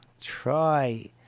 try